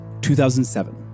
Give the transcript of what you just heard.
2007